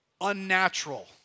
unnatural